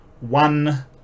one